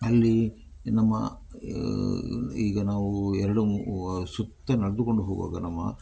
ಅಲ್ಲಿ ನಮ್ಮ ಈಗ ನಾವು ಎರಡು ಸುತ್ತ ನಡೆದುಕೊಂಡು ಹೋಗುವಾಗ ನಮ್ಮ